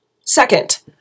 Second